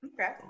Okay